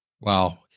Wow